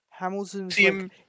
Hamilton